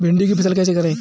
भिंडी की फसल कैसे करें?